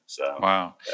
Wow